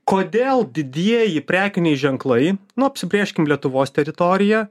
kodėl didieji prekiniai ženklai nu apsibrėžkim lietuvos teritoriją